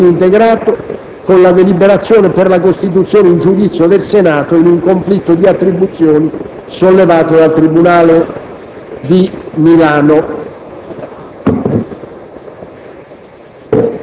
Il calendario è infine integrato con la deliberazione per la costituzione in giudizio del Senato in un conflitto di attribuzioni sollevato dal tribunale di Milano.